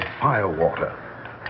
firewater